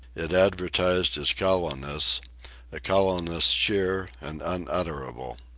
it advertised his callowness a callowness sheer and unutterable.